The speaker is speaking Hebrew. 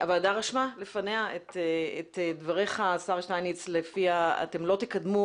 הוועדה רשמה לפניה את דבריך השר שטייניץ לפיהם אתם לא תקדמו